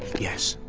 yes,